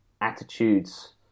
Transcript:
attitudes